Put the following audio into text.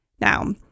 Now